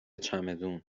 چمدون